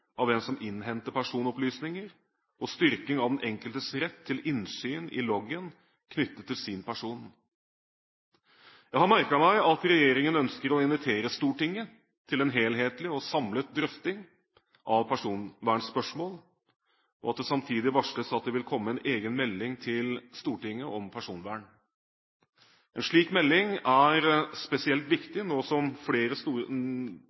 av den som innhenter personopplysninger, styrking av den enkeltes rett til innsyn i loggen knyttet til sin person. Jeg har merket meg at regjeringen ønsker å invitere Stortinget til en helhetlig og samlet drøfting av personvernspørsmål, og at det samtidig varsles at det vil komme en egen melding til Stortinget om personvern. En slik melding er spesielt